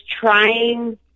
trying